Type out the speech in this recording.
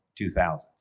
2000s